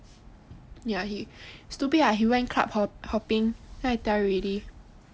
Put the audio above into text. ya he stupid lah he went club hop~ hopping already didn't I tell you already